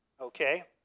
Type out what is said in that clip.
Okay